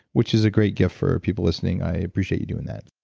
which is a great gift for people listening, i appreciate you doing that